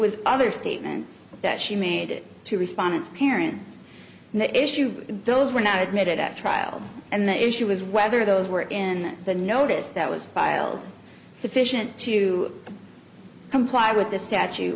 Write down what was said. was other statements that she made to respondent parents and the issue those were not admitted at trial and the issue was whether those were in the notice that was filed sufficient to comply with this statu